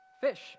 fish